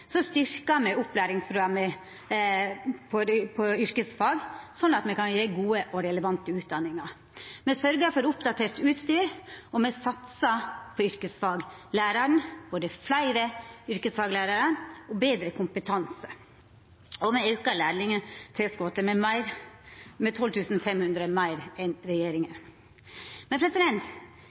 me opplæringsprogramma for yrkesfag, sånn at me kan gje gode og relevante utdanningar. Me sørgjer for oppdatert utstyr, og me satsar på yrkesfaglæraren, ved å sørgja for både fleire yrkesfaglærarar og betre kompetanse, og me aukar lærlingstilskotet med 12 500 kr meir enn regjeringa. Men